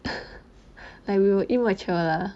like we were immature lah